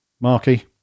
marky